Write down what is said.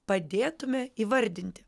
padėtumėme įvardinti